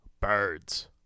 Birds